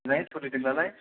मोजाङै सोलिदों नालाय